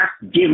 giving